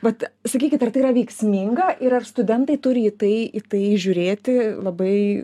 vat sakykit ar tai yra veiksminga ir ar studentai turi į tai į tai žiūrėti labai